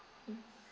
mm